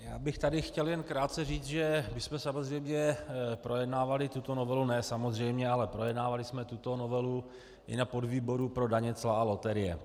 Já bych tady chtěl jen krátce říct, že jsme samozřejmě projednávali tuto novelu, ne samozřejmě, ale projednávali jsme tuto novelu i na podvýboru pro daně, cla a loterie.